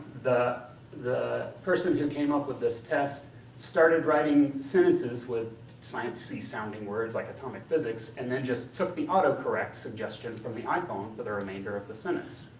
the the person who came up with this test started writing sentences with science-y sounding words like atomic physics and then just took the autocorrect suggestion from the iphone for the remainder of the sentence.